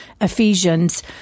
Ephesians